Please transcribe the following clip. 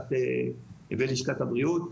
ולשכת הבריאות.